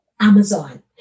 Amazon